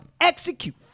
execute